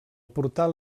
portal